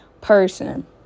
person